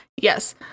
Yes